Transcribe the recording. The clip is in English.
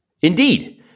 Indeed